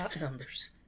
numbers